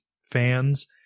fans